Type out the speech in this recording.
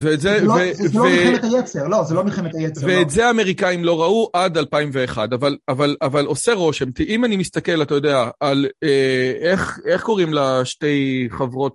זה לא מלחמת היצר. לא, זאת לא מלחמת היצר, לא. וזה אמריקאים לא ראו עד 2001 אבל אבל אבל עושה רושם אם אני מסתכל אתה יודע על איך איך קוראים לה שתי חברות